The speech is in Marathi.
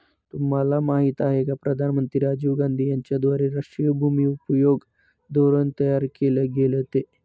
तुम्हाला माहिती आहे का प्रधानमंत्री राजीव गांधी यांच्याद्वारे राष्ट्रीय भूमि उपयोग धोरण तयार केल गेलं ते?